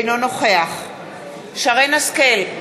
אינו נוכח שרן השכל,